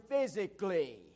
physically